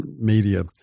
media